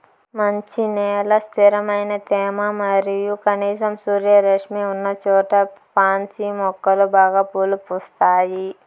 మంచి నేల, స్థిరమైన తేమ మరియు కనీసం సూర్యరశ్మి ఉన్నచోట పాన్సి మొక్కలు బాగా పూలు పూస్తాయి